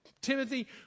Timothy